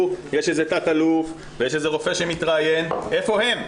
יש איזה תת-אלוף ויש איזה רופא שמתראיין אבל איפה הם?